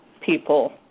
people